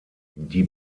die